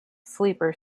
sleeper